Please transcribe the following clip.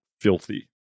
Filthy